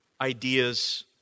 ideas